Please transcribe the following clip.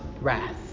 wrath